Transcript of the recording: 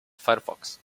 firefox